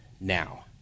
now